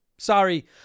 Sorry